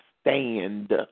stand